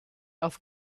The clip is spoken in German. auf